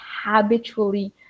habitually